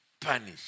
punish